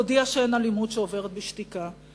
תודיע שאין אלימות שעוברת בשתיקה.